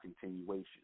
continuation